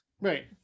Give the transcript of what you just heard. Right